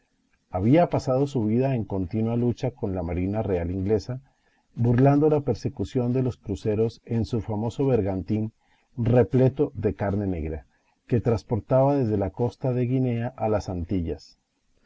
había pasado su vida en continua lucha con la marina real inglesa burlando la persecución de los cruceros en su famoso bergantín repleto de carne negra que transportaba desde la costa de guinea a las antillas